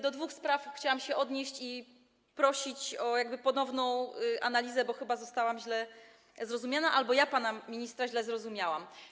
Do dwóch spraw chciałam się odnieść i prosić o ponowną analizę, bo chyba zostałam źle zrozumiana albo ja pana ministra źle zrozumiałam.